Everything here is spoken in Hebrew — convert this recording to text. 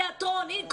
תיאטרון וכולי.